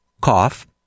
cough